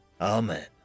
Amen